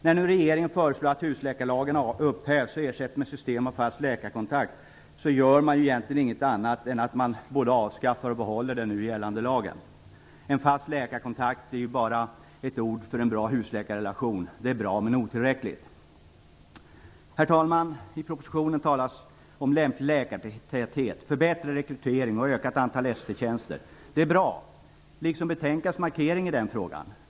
När nu regeringen föreslår att husläkarlagen upphävs och ersätts med ett system med en fast läkarkontakt är det man gör egentligen inget annat än att man både avskaffar och behåller den nu gällande lagen. En fast läkarkontakt är bara andra ord för en bra husläkarrelation. Det är bra, men otillräckligt. Herr talman! I propositionen talas det bl.a. om lämplig läkartäthet, förbättrad rekrytering och ett ökat antal ST-tjänster. Det är bra, liksom betänkandets markering i den frågan.